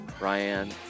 Ryan